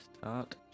Start